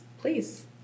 please